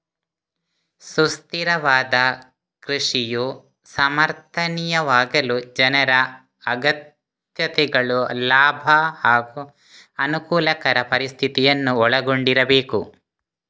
ಸುಸ್ಥಿರವಾದ ಕೃಷಿಯು ಸಮರ್ಥನೀಯವಾಗಲು ಜನರ ಅಗತ್ಯತೆಗಳು ಲಾಭ ಹಾಗೂ ಅನುಕೂಲಕರ ಪರಿಸ್ಥಿತಿಯನ್ನು ಒಳಗೊಂಡಿರಬೇಕು